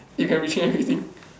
you can retrain everything